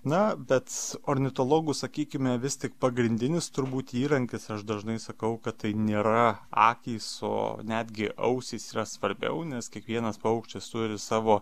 na bet ornitologų sakykime vis tik pagrindinis turbūt įrankis aš dažnai sakau kad tai nėra akys o netgi ausys yra svarbiau nes kiekvienas paukštis turi savo